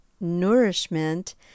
nourishment